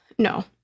No